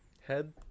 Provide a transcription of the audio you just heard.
head